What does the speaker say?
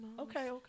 okay